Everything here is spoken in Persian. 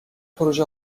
پروژه